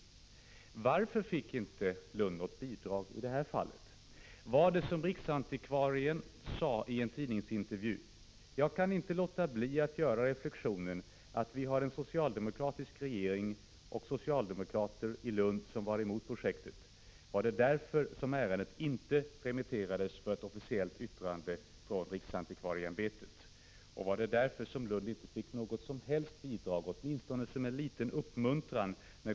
Två polska bröder Zielinskis— 14 resp. 16 år gamla — har begärt politisk asyl i Sverige. Enligt uppgifter från TT har föräldrarna fråntagits vårdnaden av bröderna genom ett polskt domstolsutslag. Invandrarverket vill utvisa bröderna till Polen. Ärendet har överlämnats till regeringen för avgörande.